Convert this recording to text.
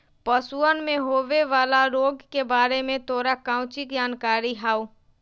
पशुअन में होवे वाला रोग के बारे में तोरा काउची जानकारी हाउ?